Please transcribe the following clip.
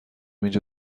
اینجا